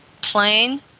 plane